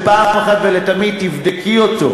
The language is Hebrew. ואחת ולתמיד תבדקי אותו,